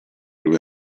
lui